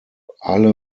alle